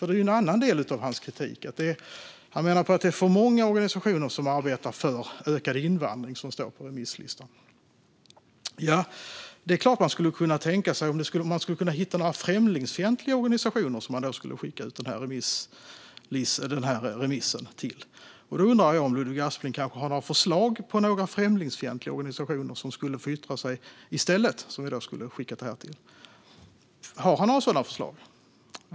En annan del av hans kritik är ju att det är för många organisationer som arbetar för ökad invandring som står med på remisslistan. Det är klart att man skulle kunna hitta några främlingsfientliga organisationer att skicka ut remissen till. Då undrar jag om Ludvig Aspling kanske har några förslag på främlingsfientliga organisationer som skulle kunna få yttra sig i stället och som vi borde ha skickat remissen till? Har han några sådana förslag?